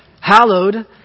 Hallowed